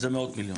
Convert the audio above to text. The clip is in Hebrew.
זה מאות מיליונים.